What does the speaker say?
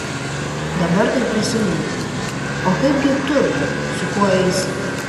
dabar tai prisiminiau o kaipgi tu su kuo eisi